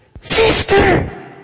sister